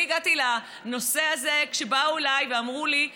אני הגעתי לנושא הזה כשבאו אליי אנשים